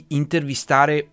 intervistare